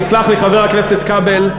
תסלח לי, חבר הכנסת כבל.